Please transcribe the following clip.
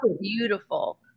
beautiful